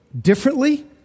differently